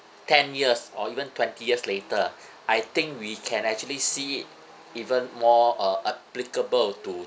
ten years or even twenty years later I think we can actually see it even more uh applicable to